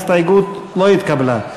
ההסתייגות לא נתקבלה.